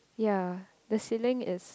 ya the ceiling is